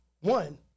one